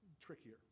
trickier